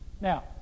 Now